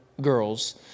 girls